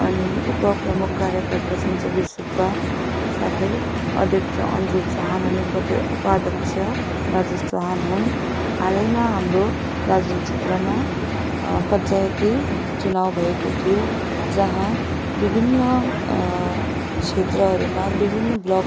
अनि उप प्रमुख कार्यकर्ता सन्चबिर सुब्बा साथै अध्यक्ष अन्जुल सहन अनि उपद्य उपाध्यक्ष राजेस चौहान हुन् हालैमा हाम्रो दार्जिलिङ क्षेत्रमा पञ्चायती चुनाव भएको थियो जहाँ विभिन्न क्षेत्रहरूमा विभिन्न ब्लक